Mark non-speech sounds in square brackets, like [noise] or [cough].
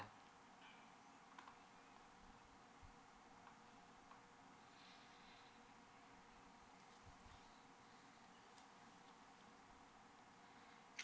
[breath]